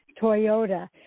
Toyota